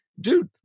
dude